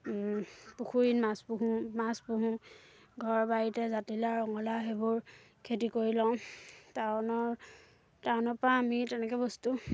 পুখুৰীত মাছ পোহোঁ মাছ পোহোঁ ঘৰৰ বাৰীতে জাতিলাও ৰঙলাও সেইবোৰ খেতি কৰি লওঁ টাউনৰ টাউনৰ পৰা আমি তেনেকৈ বস্তু